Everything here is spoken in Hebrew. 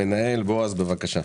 בועז המנכ"ל, בבקשה.